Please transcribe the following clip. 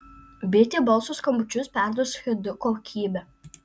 bitė balso skambučius perduos hd kokybe